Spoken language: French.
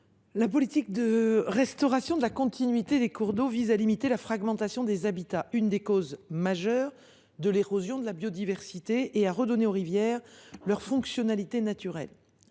la politique de restauration de la continuité des cours d’eau vise à limiter la fragmentation des habitats, qui est l’une des causes majeures de l’érosion de la biodiversité, et à redonner aux rivières leurs fonctionnalités naturelles.